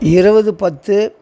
இருபது பத்து